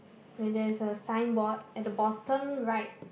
then there is a signboard at the bottom right